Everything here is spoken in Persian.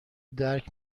درک